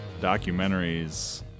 documentaries